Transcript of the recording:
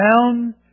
down